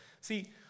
See